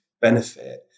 benefit